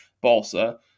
balsa